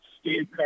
Steve